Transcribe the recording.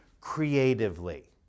creatively